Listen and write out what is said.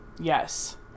Yes